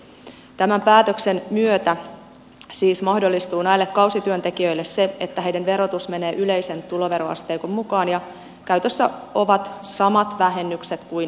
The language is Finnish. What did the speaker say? tämän päätöksen myötä siis mahdollistuu näille kausityöntekijöille se että heidän verotuksensa menee yleisen tuloveroasteikon mukaan ja käytössä ovat samat vähennykset kuin muillakin